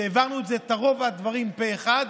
העברנו את רוב הדברים פה אחד.